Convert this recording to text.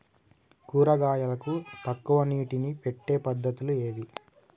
కూరగాయలకు తక్కువ నీటిని పెట్టే పద్దతులు ఏవి?